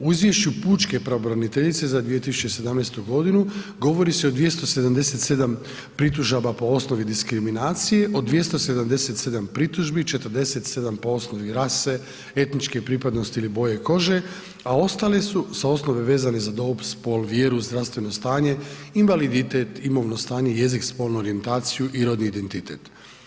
U Izvješću pučke pravobraniteljice za 2017. godinu, govori se o 277 pritužaba po osnovi diskriminacije, od 277 pritužbi, 47 po osnovi rase, etničke pripadnosti ili boje kože, a ostale su sa osnove vezane za dob, spol, vjeru, zdravstveno stanje, invaliditet, imovno stanje, jezik, spolnu orijentaciju i rodni identitet.